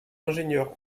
ingénieurs